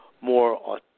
more